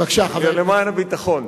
למען הביטחון.